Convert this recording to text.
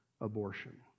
abortion